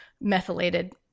methylated